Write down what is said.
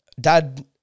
dad